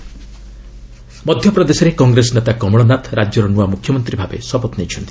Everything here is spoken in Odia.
ଏମ୍ପି ସିଏମ୍ ଓଥ୍ ମଧ୍ୟପ୍ରଦେଶରେ କଂଗ୍ରେସ ନେତା କମଳ ନାଥ ରାଜ୍ୟର ନୂଆ ମୁଖ୍ୟମନ୍ତ୍ରୀ ଭାବେ ଶପଥ ନେଇଛନ୍ତି